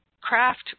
craft